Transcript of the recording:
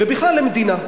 ובכלל למדינה.